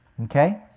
Okay